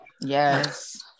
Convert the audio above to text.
Yes